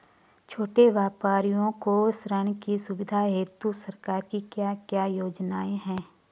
छोटे व्यापारियों को ऋण की सुविधा हेतु सरकार की क्या क्या योजनाएँ हैं?